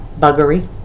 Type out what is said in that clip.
buggery